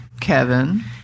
Kevin